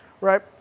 right